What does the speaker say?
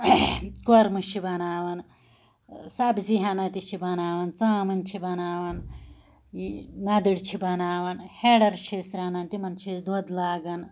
کوٚرمہٕ چھِ بناوان سبزی ہنہ تہِ چھِ بناوان ژامن چھِ بناوان نَدٕر چھِ بناوان ہیٚڑَر چھِ أسۍ رنان تمن چھِ أسۍ دۄد لاگان